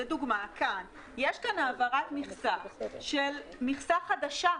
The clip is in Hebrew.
לדוגמא, יש כאן העברת מכסה חדשה,